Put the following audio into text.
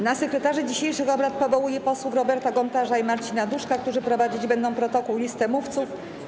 Na sekretarzy dzisiejszych obrad powołuję posłów Roberta Gontarza i Marcina Duszka, którzy prowadzić będą protokół i listę mówców.